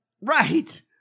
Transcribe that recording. Right